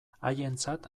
haientzat